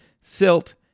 silt